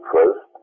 First